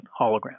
hologram